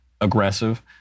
aggressive